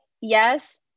yes